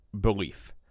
belief